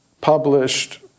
published